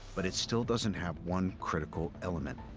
but it still doesn't have one critical element.